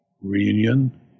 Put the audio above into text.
reunion